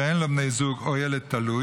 שאין לו בן זוג או ילד תלוי,